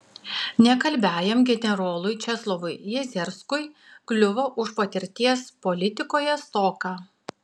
nekalbiajam generolui česlovui jezerskui kliuvo už patirties politikoje stoką